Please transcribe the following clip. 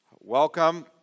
Welcome